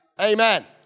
Amen